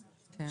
כאן,